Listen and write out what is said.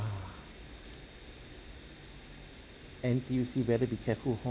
N_T_U_C better be careful